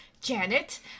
Janet